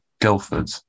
guildford